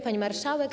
Pani Marszałek!